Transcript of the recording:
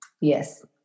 Yes